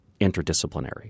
interdisciplinary